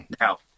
Now